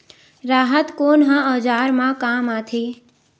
राहत कोन ह औजार मा काम आथे?